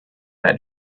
that